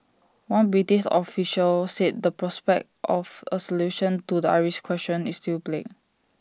one British official said the prospect of A solution to the Irish question is still bleak